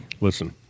listen